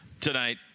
tonight